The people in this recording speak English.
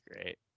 great